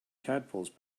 tadpoles